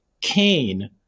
Cain